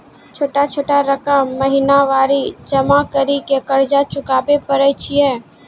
छोटा छोटा रकम महीनवारी जमा करि के कर्जा चुकाबै परए छियै?